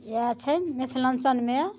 इएह छनि मिथिलाञ्चलमे